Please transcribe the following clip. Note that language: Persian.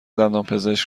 دندانپزشک